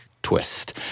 twist